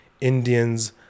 Indians